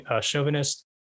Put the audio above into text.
chauvinist